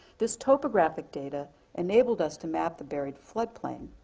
this topographic data enabled us to map the buried flood plain,